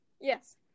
Yes